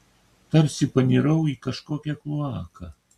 tarsi panirau į kažkokią kloaką